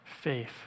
faith